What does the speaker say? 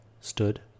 stood